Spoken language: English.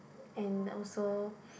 and also